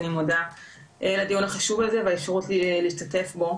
אני מודה לדיון החשוב הזה ועל האפשרות להשתתף בו.